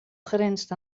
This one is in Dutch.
grenst